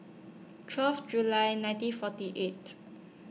twelve July nineteen forty eight